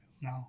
No